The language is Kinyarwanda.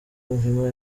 muhima